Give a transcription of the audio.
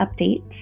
updates